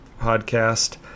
podcast